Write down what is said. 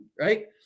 right